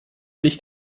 licht